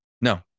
no